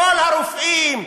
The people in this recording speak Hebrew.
כל הרופאים,